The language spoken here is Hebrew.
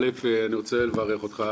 אני רוצה לברך אותך,